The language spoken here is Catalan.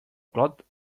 clot